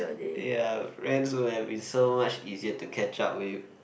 ya friends have been so much easier to catch up with